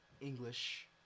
English